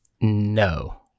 no